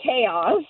chaos